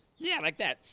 yeah like that.